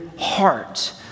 heart